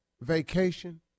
vacation